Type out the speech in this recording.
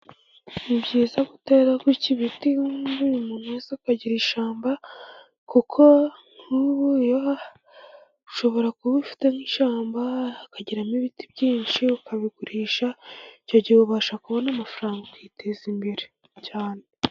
Ni byiza gutera gutya ibiti ukagira ishyamba, kuko nk'ubu iyo ushobora kuba ufite nk'ishyamba ukagiramo ibiti byinshi ukabigurisha, icyo gihe ubasha kubona amafaranga ukiteza imbere cyane.